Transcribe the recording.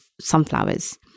sunflowers